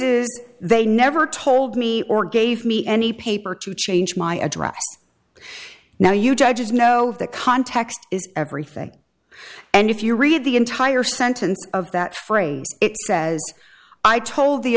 phrases they never told me or gave me any paper to change my address now you judges know the context is everything and if you read the entire sentence of that phrase it says i told the